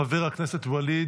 חבר הכנסת וליד